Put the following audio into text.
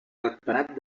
ratpenat